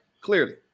Clearly